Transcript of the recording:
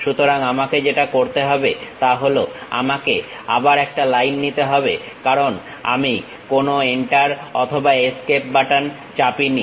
সুতরাং আমাকে যেটা করতে হবে তা হলো আমাকে আবার একটা লাইন নিতে হবে কারণ আমি কোনো এন্টার অথবা এস্কেপ বাটন চাপিনি